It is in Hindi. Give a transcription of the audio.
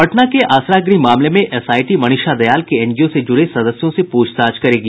पटना के आसरा गृह मामले में एसआईटी मनीषा दयाल के एनजीओ से जुड़े सदस्यों से पूछताछ करेगी